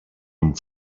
amb